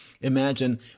imagine